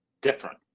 different